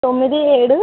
తొమ్మిది ఏడు